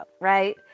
right